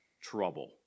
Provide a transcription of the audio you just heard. trouble